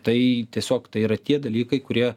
tai tiesiog tai yra tie dalykai kurie